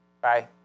bye